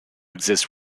exist